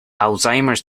alzheimer’s